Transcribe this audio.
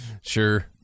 Sure